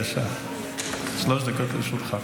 בבקשה, שלוש דקות לרשותך.